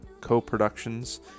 Co-Productions